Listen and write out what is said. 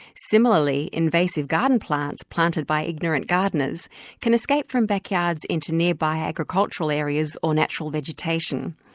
similarly invasive garden plants planted by ignorant gardeners can escape from backyards into nearby agricultural areas or natural vegetation.